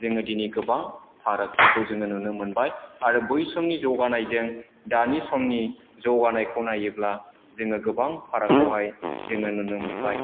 जोङो दिनै गोबां फारागथिखौ जोङो नुनो मोनबाय आरो बै समनि जौगानायजों दानि समनि जौगानायखौ नायोब्ला जोङो गोबां फारागखौहाय जोङो नुनो मोनबाय